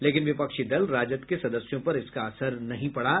लेकिन विपक्षी दल राजद के सदस्यों पर इसका असर नहीं पडा